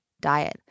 diet